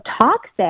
toxic